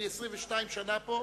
אני 22 שנה פה,